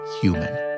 human